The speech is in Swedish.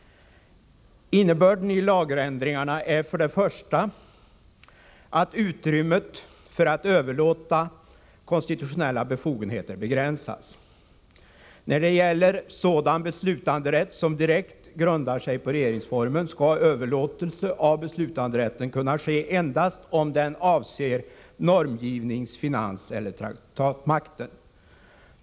Innebörden i lagändringarna är för det första att utrymmet för att överlåta konstitutionella befogenheter begränsas. När det gäller sådan beslutanderätt som direkt grundar sig på regeringsformen skall överlåtelse av beslutanderätten kunna ske endast om den avser normgivnings-, finanseller traktatmakten.